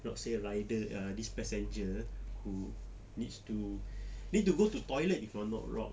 not say rider ah this passenger who needs to need to go to toilet if I'm not wrong